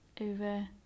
over